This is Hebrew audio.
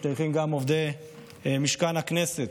משתייכים גם עובדי משכן הכנסת,